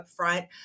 upfront